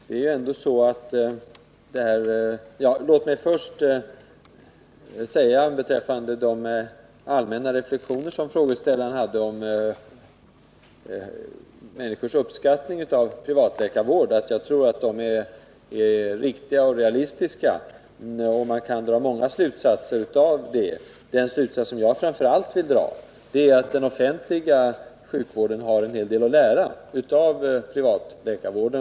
Herr talman! Låt mig först beträffande frågeställarens allmänna reflexioner om människors uppskattning av privatläkarvård säga att jag tror att reflexionerna är realistiska. Man kan dra många slutsatser, och den som jag för min del framför allt vill dra är att den offentliga sjukvården har en hel del att lära av privatläkarvården.